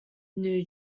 new